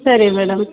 ಸರಿ ಮೇಡಮ್